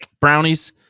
brownies